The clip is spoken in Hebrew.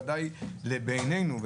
בוודאי בעינינו.